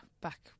back